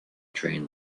train